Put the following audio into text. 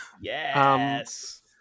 Yes